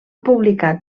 publicat